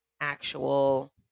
actual